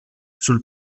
sul